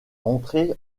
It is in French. entrer